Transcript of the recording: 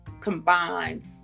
combines